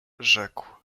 rzekł